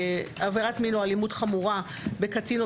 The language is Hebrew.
עבירת מין או אלימות חמורה בקטין או